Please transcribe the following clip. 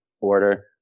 order